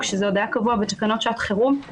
עת זה היה קבוע בתקנות שעת חירום,